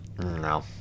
No